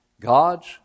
God's